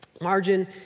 Margin